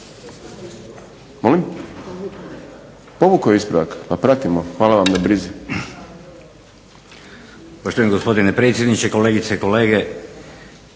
Molim? Povukao je ispravak, pa pratimo. Hvala vam na brizi.